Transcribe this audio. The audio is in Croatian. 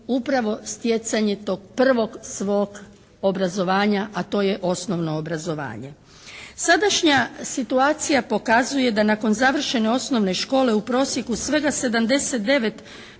upravo stjecanje tog prvog svog obrazovanja a to je osnovno obrazovanje. Sadašnja situacija pokazuje da nakon završene osnovne škole u prosjeku svega 79%